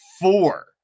four